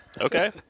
Okay